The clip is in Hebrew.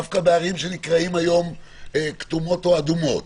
דווקא בערים שנקראות היום כתומות או אדומות,